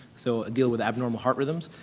so, i deal with abnormal heart rhythms.